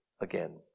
again